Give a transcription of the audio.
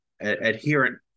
adherent